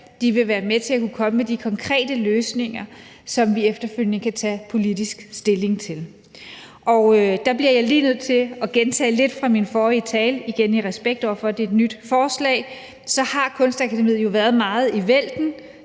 De vil være med til at kunne komme med de konkrete løsninger, som vi efterfølgende kan tage politisk stilling til. Der bliver jeg lige nødt til at gentage lidt fra min forrige tale, igen i respekt for, at det er et nyt forslag, og sige, at så har Kunstakademiet jo været meget i vælten,